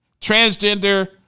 transgender